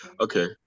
Okay